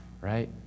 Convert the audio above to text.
right